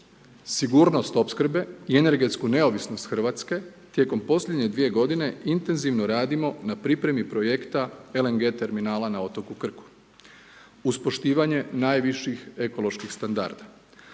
sigurnost opskrbe i energetsku neovisnost Hrvatske tijekom posljednje 2 godine intenzivno radimo na pripremi projekta LNG terminala na otoku Krku uz poštivanje najviših ekoloških standarda.